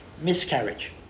miscarriage